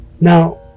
Now